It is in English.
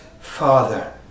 Father